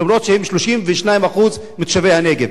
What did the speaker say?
למרות שהם 32% מתושבי הנגב.